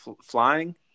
flying